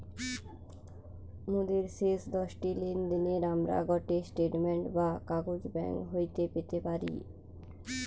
মোদের শেষ দশটি লেনদেনের আমরা গটে স্টেটমেন্ট বা কাগজ ব্যাঙ্ক হইতে পেতে পারি